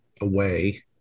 away